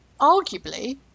arguably